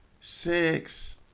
Six